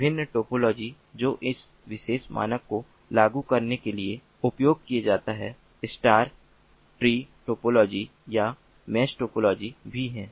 विभिन्न टोपोलॉजी जो इस विशेष मानक को लागू करने के लिए उपयोग किया जाता है स्टार या ट्री टोपोलॉजी या मेस टोपोलॉजी भी है